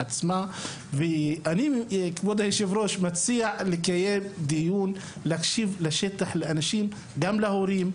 אני מציע לקיים דיון ולהקשיב לשטח; להורים,